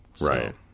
Right